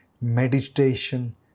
meditation